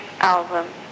album